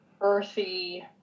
earthy